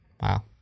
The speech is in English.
Wow